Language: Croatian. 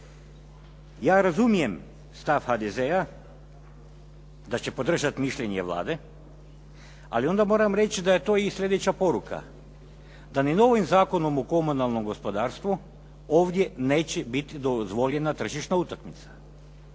Ja razumijem stav HDZ-a da će podržati mišljenje Vlade, ali onda moram reći da je to i sljedeća poruka. Da ni novim Zakonom o komunalnom gospodarstvu ovdje neće biti dozvoljena tržišna utakmica.